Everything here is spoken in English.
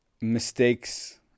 mistakes